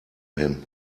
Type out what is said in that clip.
him